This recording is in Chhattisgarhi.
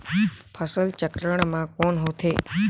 फसल चक्रण मा कौन होथे?